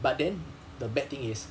but then the bad thing is